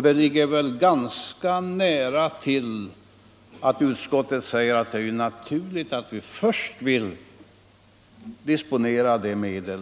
Det ligger väl ganska nära till att utskottet finner det naturligt att först vilja disponera de medel